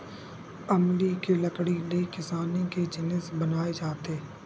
अमली के लकड़ी ले किसानी के जिनिस बनाए जाथे